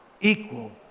equal